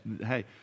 hey